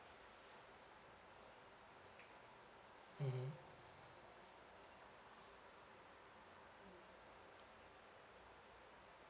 mmhmm